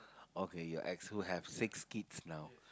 okay your ex who have six kids now